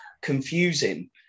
confusing